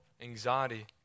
anxiety